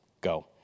go